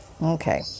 okay